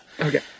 Okay